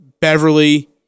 Beverly